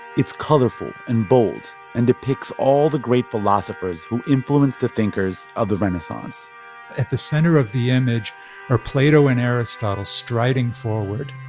it's colorful and bold and depicts all the great philosophers who influenced the thinkers of the renaissance at the center of the image are plato and aristotle striding forward.